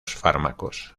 fármacos